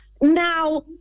Now